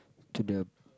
to the